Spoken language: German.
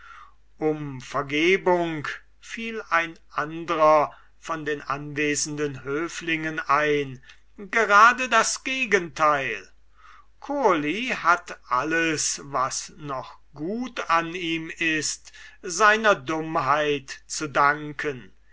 um vergebung fiel ein andrer von den anwesenden höflingen ein gerade das gegenteil kurli hat alles was noch gut an ihm ist seiner dummheit zu danken